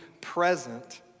present